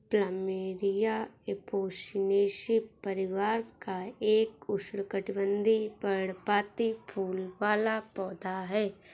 plumeria Apocynaceae परिवार का एक उष्णकटिबंधीय, पर्णपाती फूल वाला पौधा है